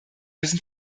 müssen